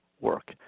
work